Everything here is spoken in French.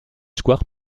square